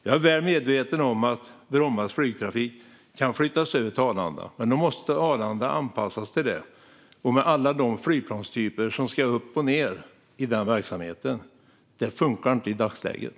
Jag är väl medveten om att Brommas flygtrafik kan flyttas över till Arlanda, men då måste Arlanda anpassas till det och till alla de flygplanstyper som ska upp och ned i den verksamheten. Det funkar inte i dagsläget.